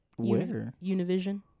Univision